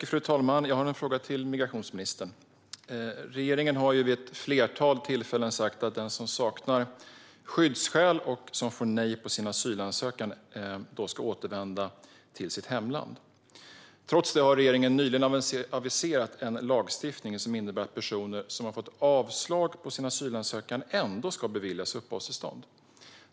Fru talman! Jag har en fråga till migrationsministern. Regeringen har vid ett flertal tillfällen sagt att den som saknar skyddsskäl och som får avslag på sin asylansökan ska återvända till sitt hemland. Trots detta har regeringen nyligen aviserat en lagstiftning som innebär att personer som har fått avslag på sin asylansökan ändå ska beviljas uppehållstillstånd.